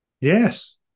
Yes